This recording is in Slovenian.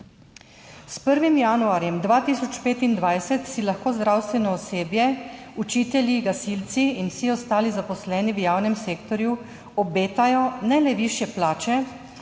S 1. januarjem 2025 si lahko zdravstveno osebje, učitelji, gasilci in vsi ostali zaposleni v javnem sektorju obetajo ne le višje plače,